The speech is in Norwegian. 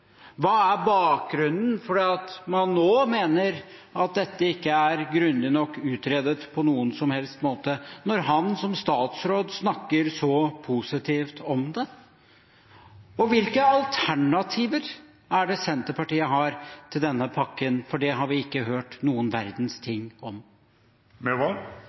Hva er bakgrunnen for at man nå mener at dette ikke er grundig nok utredet på noen som helst måte, når han som statsråd snakket så positivt om det? Og hvilke alternativer er det Senterpartiet har til denne pakken? Det har vi ikke hørt noen verdens ting om.